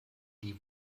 die